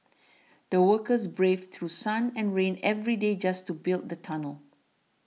the workers braved through sun and rain every day just to build the tunnel